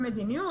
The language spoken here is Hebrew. מדיניות.